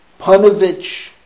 Panovich